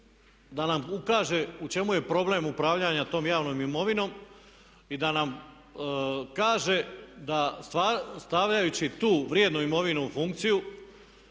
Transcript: da nam ukaže u čemu je problem upravljanja tom javnom imovinom i da nam kaže da stavljajući tu vrijednu imovinu u funkciju